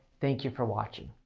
thank you for watching.